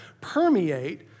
permeate